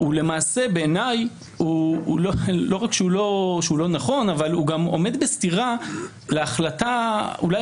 בעיניי לא רק שהוא לא נכון אלא שהוא עומד בסתירה להחלטה אולי